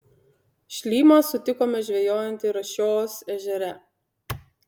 šlymą sutikome žvejojantį rašios ežere